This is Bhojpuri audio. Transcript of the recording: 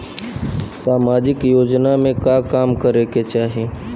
सामाजिक योजना में का काम करे के चाही?